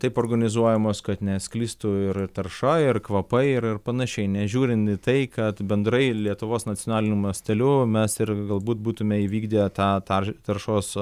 taip organizuojamos kad nesklistų ir tarša ir kvapai ir panašiai nežiūrint į tai kad bendrai lietuvos nacionaliniu masteliu mes ir galbūt būtume įvykdę tą tą taršos